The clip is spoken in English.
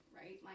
right